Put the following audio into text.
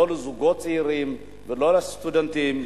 לא לזוגות צעירים ולא לסטודנטים,